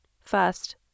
first